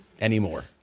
anymore